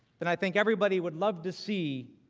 and i think everybody would love to see.